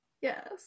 Yes